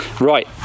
Right